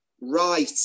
right